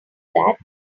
that